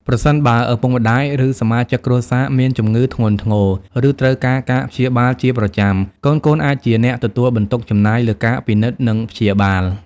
ប្រសិនបើឪពុកម្ដាយ ឬសមាជិកគ្រួសារមានជំងឺធ្ងន់ធ្ងរ ឬត្រូវការការព្យាបាលជាប្រចាំ កូនៗអាចជាអ្នកទទួលបន្ទុកចំណាយលើការពិនិត្យនិងព្យាបាល។